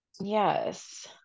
Yes